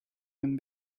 bin